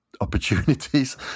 opportunities